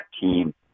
team